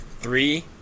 Three